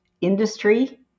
industry